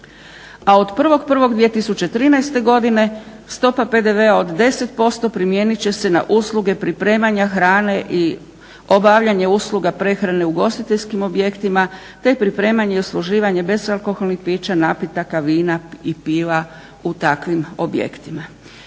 a od 1.1.2013. godine stopa PDV-a od 10% primijenit će se na usluge pripremanja hrane i obavljanje usluga prehrane u ugostiteljskim objektima te pripremanje i usluživanje bezalkoholnih pića, napitaka, vina i piva u takvim objektima.